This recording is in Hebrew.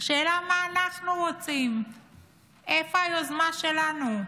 השאלה היא מה אנחנו רוצים ואיפה היוזמה שלנו.